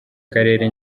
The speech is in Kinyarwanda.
karere